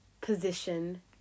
position